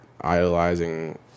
idolizing